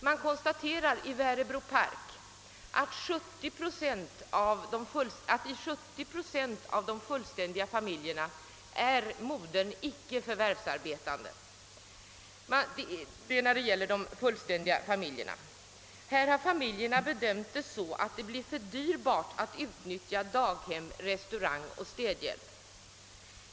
Man konstaterar i Verebro Park att i 70 procent av de fullständiga familjerna är modern icke förvärvsarbetande. Familjerna har ansett att det blir för dyrbart att utnyttja daghem, restaurang och städhjälp.